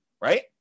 right